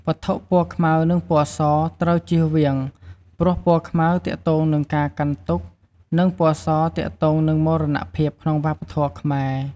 វត្ថុពណ៌ខ្មៅនិងពណ៌ស ត្រូវចៀសវាងព្រោះពណ៌ខ្មៅទាក់ទងនឹងការកាន់ទុក្ខ និងពណ៌សទាក់ទងនឹងមរណភាពក្នុងវប្បធម៌ខ្មែរ។